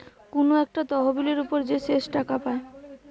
কুনু একটা তহবিলের উপর যে শেষ টাকা পায়